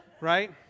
right